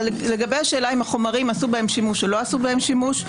לגבי השאלה אם בחומרים עשו שימוש או לא עשו בהם שוב,